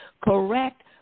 correct